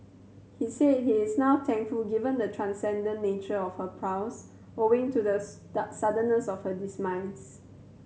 he said he's now thankful given the transcendent nature of her prose owing to the suddenness of her demise